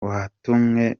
watumye